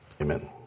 Amen